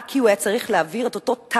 רק כי הוא היה צריך להעביר את אותו טעם